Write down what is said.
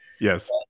Yes